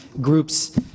groups